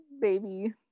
baby